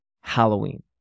halloween